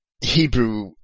Hebrew